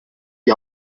die